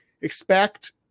expect